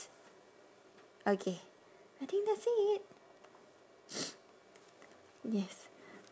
okay I think that's it yes